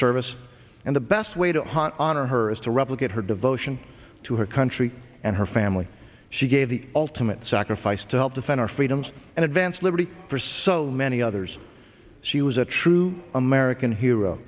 service and the best way to hot honor her is to replicate her devotion to her country and her family she gave the ultimate sacrifice to help defend our freedoms and advance liberty for so many others she was a true american hero